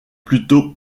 plutôt